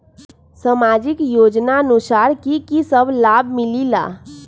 समाजिक योजनानुसार कि कि सब लाब मिलीला?